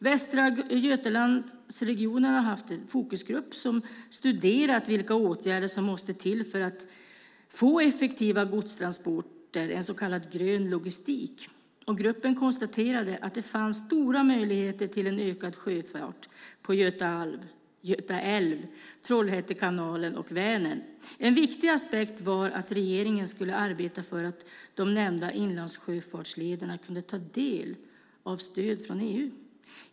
Västra Götalandsregionen har haft en fokusgrupp som studerat vilka åtgärder som måste till för att få effektiva godstransporter, en så kallad grön logistik. Gruppen konstaterade att det finns stora möjligheter till ökad sjöfart på Göta älv, Trollhätte kanal och Vänern. En viktig aspekt var att regeringen skulle arbeta för att de nämnda inlandsjöfartslederna kunde ta del av stöd från EU.